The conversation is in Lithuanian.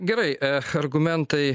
gerai ech argumentai